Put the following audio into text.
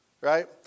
right